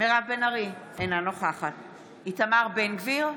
מירב בן ארי, אינה נוכחת איתמר בן גביר,